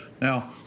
Now